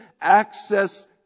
access